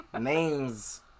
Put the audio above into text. names